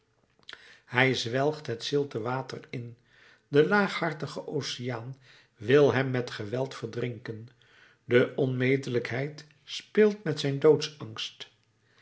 hij zwelgt het zilte water in de laaghartige oceaan wil hem met geweld verdrinken de onmetelijkheid speelt met zijn